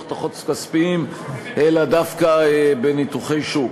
דוחות כספיים אלא דווקא בניתוחי שוק.